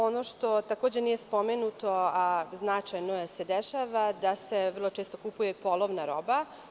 Ono što takođe nije spomenuto, a značajno je da se dešava, da se vrlo često kupuje polovna roba.